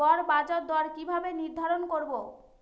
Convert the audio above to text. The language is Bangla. গড় বাজার দর কিভাবে নির্ধারণ করব?